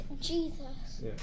Jesus